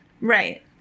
Right